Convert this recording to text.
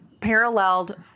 paralleled